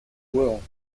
will